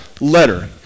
letter